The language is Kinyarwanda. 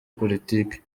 politike